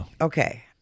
Okay